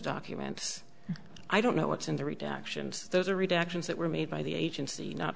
documents i don't know what's in the retractions those are redactions that were made by the agency not